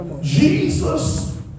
Jesus